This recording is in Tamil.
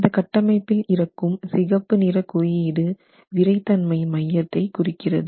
இந்த கட்டமைப்பில் இருக்கும் சிகப்பு நிற குறியீடு விறைத்தன்மை மையத்தை குறிக்கிறது